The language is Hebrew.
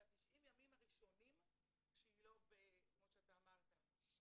אז ה-90 ימים הראשונים שהיא לא, כמו שאתה אמרת,